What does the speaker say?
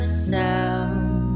sound